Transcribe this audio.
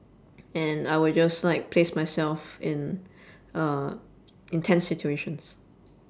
and I will just like place myself in uh intense situations